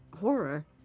horror